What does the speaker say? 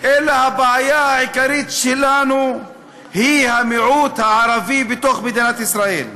אלא הבעיה העיקרית שלנו היא המיעוט הערבי בתוך מדינת ישראל.